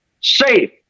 safe